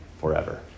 forever